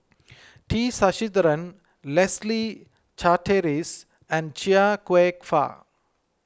T Sasitharan Leslie Charteris and Chia Kwek Fah